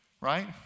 right